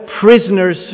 prisoners